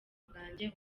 bwanjye